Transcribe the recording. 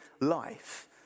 life